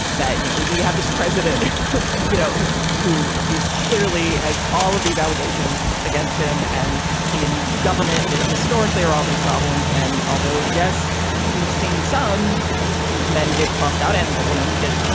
that you know we have this president you know who is clearly has all of these allegations against him and in government there historically are all these problems and although yes we've seen some men get tossed out and a woman get